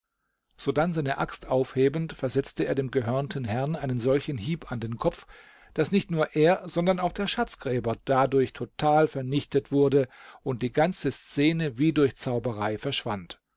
sodann seine axt aufhebend versetzte er dem gehörnten herrn einen solchen hieb an den kopf daß nicht nur er sondern auch der schatzgräber dadurch total vernichtet wurde und die ganze szene wie durch zauberei verschwand